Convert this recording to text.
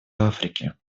африки